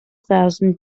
thousand